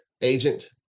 agent